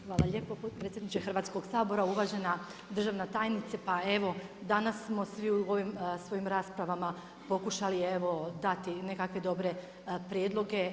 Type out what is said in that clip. Hvala lijepo potpredsjedniče Hrvatskog sabora, uvažena državna tajnice, pa evo danas smo svi u ovim svojim raspravama pokušali dati nekakve dobre prijedloge.